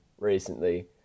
recently